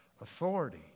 authority